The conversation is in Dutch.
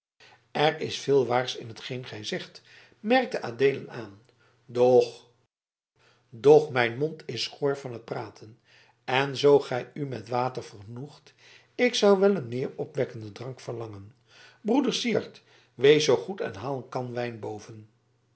er is veel waars in t geen gij zegt merkte adeelen aan doch doch mijn mond is schor van het praten en zoo gij u met water vergenoegt ik zou wel een meer opwekkenden drank verlangen broeder syard wees zoo goed en haal een kan wijn boven